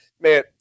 Man